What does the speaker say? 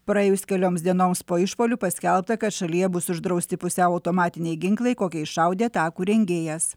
praėjus kelioms dienoms po išpuolių paskelbta kad šalyje bus uždrausti pusiau automatiniai ginklai kokiais šaudė atakų rengėjas